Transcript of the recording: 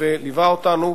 וליווה אותנו.